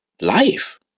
life